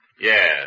Yes